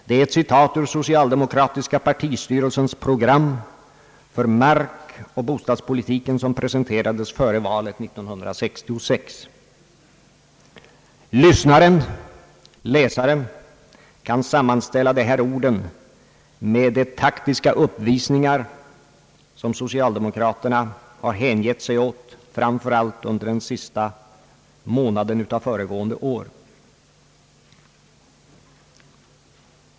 Det är ett citat ur den socialdemokratiska partistyrelsens program för markoch bostadspolitiken som presenterades före valet 1966. Lyssnaren-läsaren kän sammanställa dessa ord med de taktiska uppvisningar som socialdemokraterna har hängett sig åt framför allt under föregående års sista månad.